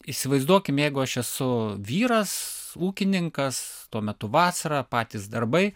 įsivaizduokim jeigu aš esu vyras ūkininkas tuo metu vasarą patys darbai